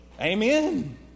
Amen